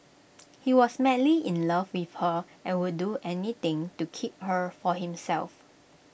he was madly in love with her and would do anything to keep her for himself